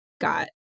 got